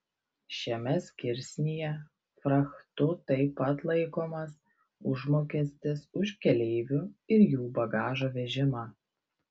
šiame skirsnyje frachtu taip pat laikomas užmokestis už keleivių ir jų bagažo vežimą